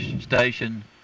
station